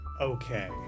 Okay